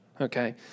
okay